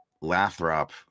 Lathrop